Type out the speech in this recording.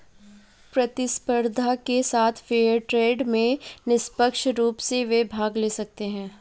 प्रतिस्पर्धा के साथ फेयर ट्रेड में निष्पक्ष रूप से वे भाग ले सकते हैं